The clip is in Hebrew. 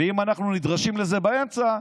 ואם אנחנו נדרשים לזה באמצע,